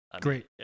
Great